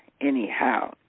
anyhow